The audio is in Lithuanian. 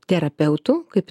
terapeutų kaip